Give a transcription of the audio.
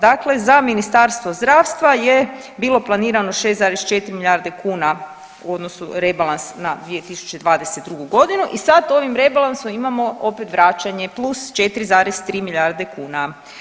Dakle, za Ministarstvo zdravstva je bilo planirano 6,4 milijarde kuna u odnosu rebalans na 2022. godinu i sad ovim rebalansom imamo opet vraćanje plus 4,3 milijarde kuna.